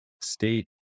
state